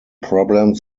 problems